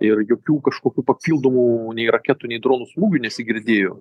ir jokių kažkokių papildomų nei raketų nei dronų smūgių nesigirdėjo